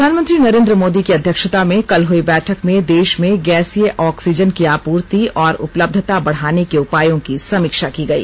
प्रधानमंत्री नरेंद्र मोदी की अध्यक्षता में कल हुई बैठक में देश में गैसीय ऑक्सीजन की आपूर्ति और उपलब्धता बढाने के उपायों की समीक्षा की गई